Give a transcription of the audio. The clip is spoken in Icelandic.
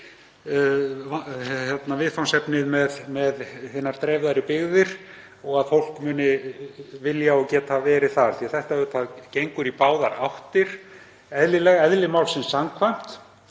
viðfangsefnið með hinar dreifðari byggðir og að fólk muni vilja og geta verið þar. Þetta gengur í báðar áttir, eðlilega, eðli málsins samkvæmt.